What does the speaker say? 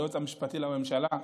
היועץ המשפטי לממשלה,